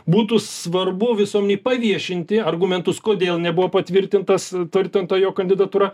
būtų svarbu visuomenei paviešinti argumentus kodėl nebuvo patvirtintas a turtintojo kandidatūra